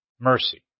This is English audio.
mercy